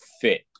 fit